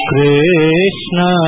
Krishna